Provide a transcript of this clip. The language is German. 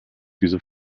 diese